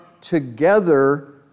together